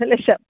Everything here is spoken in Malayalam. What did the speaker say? ലക്ഷം